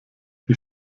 die